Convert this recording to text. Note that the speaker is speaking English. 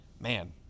man